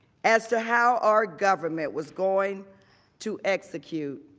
as to how our government was going to execute